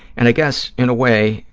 and i guess, in a way,